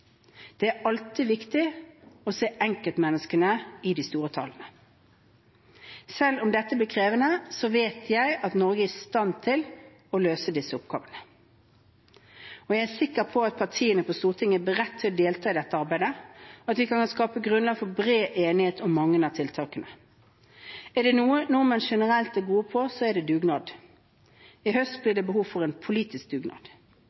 Det er alltid viktig å se enkeltmenneskene i de store tallene. Selv om dette blir krevende, vet jeg at Norge er i stand til å løse disse oppgavene. Jeg er sikker på at partiene på Stortinget er beredt til å delta i dette arbeidet, og at vi kan skape grunnlag for bred enighet om mange av tiltakene. Er det noe nordmenn generelt er gode på, er det dugnad. I høst blir det behov for en politisk dugnad.